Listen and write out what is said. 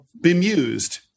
Bemused